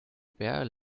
bare